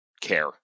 care